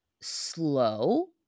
slow